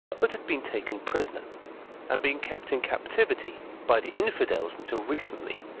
but had been taken prisoner and been kept in captivity by the infidels until recently,